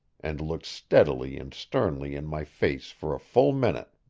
and looked steadily and sternly in my face for a full minute.